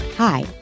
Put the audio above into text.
Hi